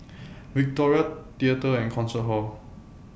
Victoria Theatre and Concert Hall